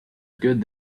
good